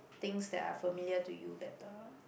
things that are familiar to you better